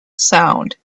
sound